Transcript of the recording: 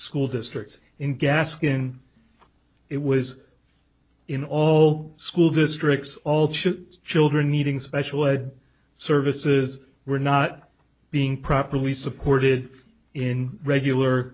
school districts in gaskin it was in all school districts all should children needing special ed services were not being properly supported in regular